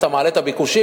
אתה מעלה את הביקושים,